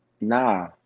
nah